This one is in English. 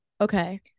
okay